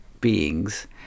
beings